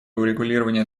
урегулирования